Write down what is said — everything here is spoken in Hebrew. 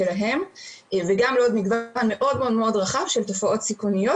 וגם לעוד מגוון מאוד רחב של תופעות סיכוניות